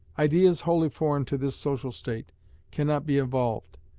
ideas wholly foreign to this social state cannot be evolved,